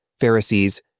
Pharisees